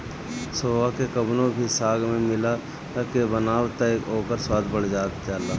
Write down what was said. सोआ के कवनो भी साग में मिला के बनाव तअ ओकर स्वाद बढ़ जाला